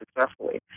successfully